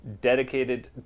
dedicated